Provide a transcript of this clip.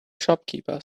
shopkeeper